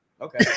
Okay